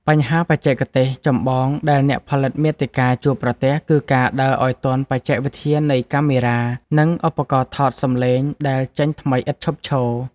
បញ្ហាបច្ចេកទេសចម្បងដែលអ្នកផលិតមាតិកាជួបប្រទះ គឺការដើរឱ្យទាន់បច្ចេកវិទ្យានៃកាមេរ៉ា និងឧបករណ៍ថតសម្លេងដែលចេញថ្មីឥតឈប់ឈរ។